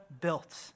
built